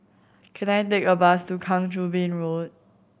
can I take a bus to Kang Choo Bin Road